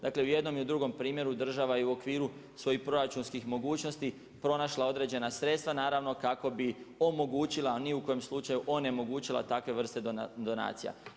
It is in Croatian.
Dakle, i u jednom i u drugom primjeru, država je u okviru svojih proračunskih mogućnosti pronašla određena sredstva, naravno, kako bi omogućila, ni u kojem slučaju, onemogućila takve vrste donacija.